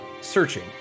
searching